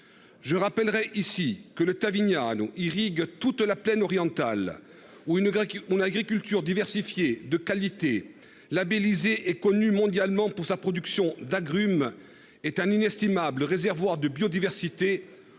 Je rappellerai ici que le Tasigna nous irrigue toute la plaine orientale ou une grève qui ont la agriculture diversifiée de qualité labellisée est connu mondialement pour sa production d'agrumes est un inestimable réservoir de biodiversité